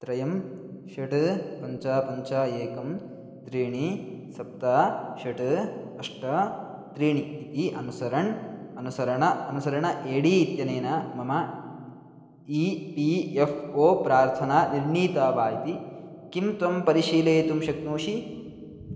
त्रयं षट् पञ्च पञ्च एकं त्रीणि सप्त षट् अष्ट त्रीणि इति अनुसरणम् अनुसरणम् अनुसरणम् ए डी इत्यनेन मम ई पी एफ़् ओ प्रार्थना निर्णीता वा इति किं त्वं परिशीलयितुं शक्नोषि